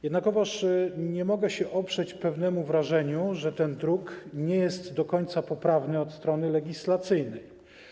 Jednakowoż nie mogę się oprzeć pewnemu wrażeniu, że ten druk nie jest do końca poprawny od strony legislacyjnej.